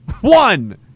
One